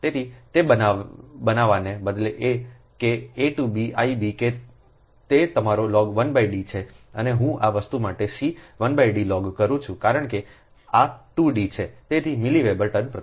તેથી તે બનાવવાને બદલે કે a to b I b તે તમારો log 1 D છે અને હું આ વસ્તુ માટે c 1 D log કરું છું કારણ કે આ 2 D છેતેથી મિલી વેબર ટન પ્રતિ કિ